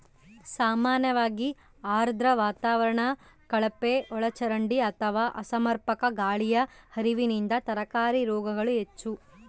ಸಾಮಾನ್ಯವಾಗಿ ಆರ್ದ್ರ ವಾತಾವರಣ ಕಳಪೆಒಳಚರಂಡಿ ಅಥವಾ ಅಸಮರ್ಪಕ ಗಾಳಿಯ ಹರಿವಿನಿಂದ ತರಕಾರಿ ರೋಗಗಳು ಹೆಚ್ಚು